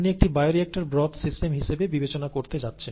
আপনি একটি bioreactor broth system হিসেবে বিবেচনা করতে যাচ্ছেন